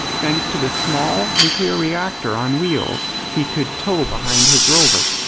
thanks to the small nuclear reactor on wheels he could tow behind his rover.